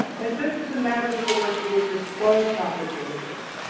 insist that the members of the working group disclose conflicts of interest.